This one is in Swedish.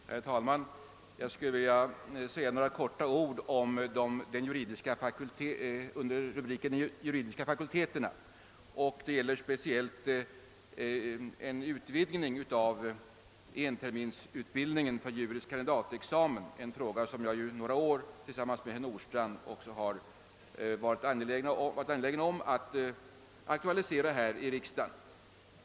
Herr talman! Jag skulle vilja säga några få ord under rubriken Juridiska fakulteterna. Det gäller speciellt en utvidgning av enterminsutbildningen för juris kandidatexamen, en fråga som jag under några år tillsammans med herr Nordstrandh också har varit angelägen om att aktualisera här i riksdagen.